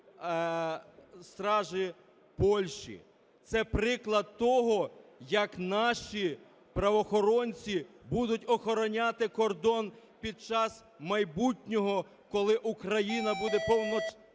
стражі Польщі. Це приклад того, як наші правоохоронці будуть охороняти кордон під час майбутнього, коли Україна буде повноправним